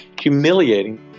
humiliating